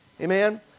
Amen